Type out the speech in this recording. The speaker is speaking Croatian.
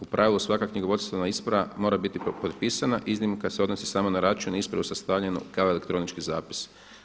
U pravilu svaka knjigovodstvena isprava mora biti potpisana, iznimka se odnosi samo na račun i ispravu sastavljenu kao elektronički zapis.